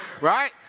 Right